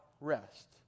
rest